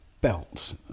belt